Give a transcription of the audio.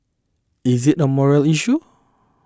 is it a moral issue